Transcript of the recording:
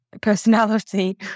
personality